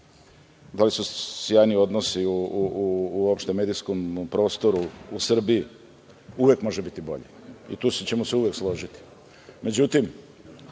da li su sjajni odnosi uopšte medijskom prostoru u Srbiji? Uvek može biti bolje i tu ćemo se uvek složiti.Međutim,